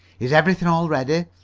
is everything all ready?